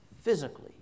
physically